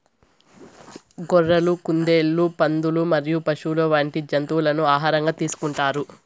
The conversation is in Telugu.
గొర్రెలు, కుందేళ్లు, పందులు మరియు పశువులు వంటి జంతువులను ఆహారంగా తీసుకుంటారు